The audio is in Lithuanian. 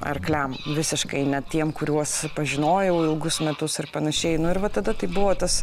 arkliam visiškai net tiem kuriuos pažinojau ilgus metus ir panašiai nu ir va tada tai buvo tas